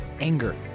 anger